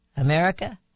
America